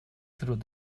through